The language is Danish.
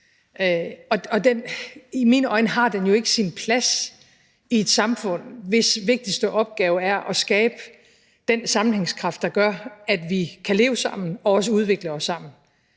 I mine øjne har den jo ikke sin plads i et samfund, hvis vigtigste opgave er at skabe den sammenhængskraft, der gør, at vi kan leve sammen og også udvikle os sammen.